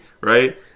right